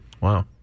Wow